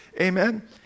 Amen